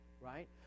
right